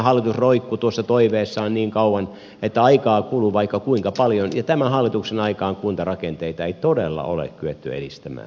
hallitus roikkui tuossa toiveessaan niin kauan että aikaa kului vaikka kuinka paljon ja tämän hallituksen aikaan kuntarakenteita ei todella ole kyetty edistämään